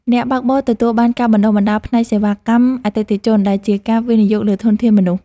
អ្នកបើកបរទទួលបានការបណ្ដុះបណ្ដាលផ្នែកសេវាកម្មអតិថិជន ដែលជាការវិនិយោគលើធនធានមនុស្ស។